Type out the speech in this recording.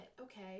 Okay